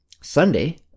Sunday